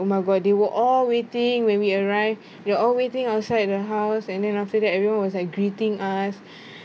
oh my god they were all waiting when we arrived we all waiting outside the house and then after that everyone was greeting us